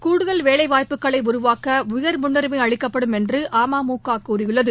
கூடுதல் வேலைவாய்ப்புகளை உருவாக்க உயர் முன்னுரிமை அளிக்கப்படும் என்று அமமுக கூறியுள்ளது